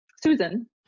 Susan